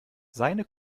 seine